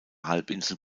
halbinsel